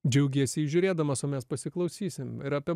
džiaugiesi jį žiūrėdamas o mes pasiklausysim ir apie